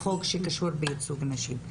החוק שקשור בייצוג נשים.